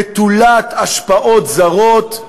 נטולת השפעות זרות,